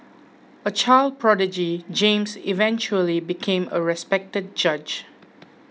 a child prodigy James eventually became a respected judge